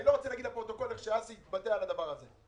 אני לא רוצה להגיד לפרוטוקול איך אסי התבטא על הדבר הזה,